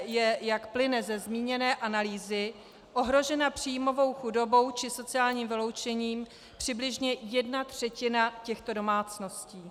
V ČR je, jak plyne ze zmíněné analýzy, ohrožena příjmovou chudobou či sociálním vyloučením přibližně jedna třetina těchto domácností.